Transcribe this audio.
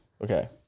Okay